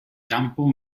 campo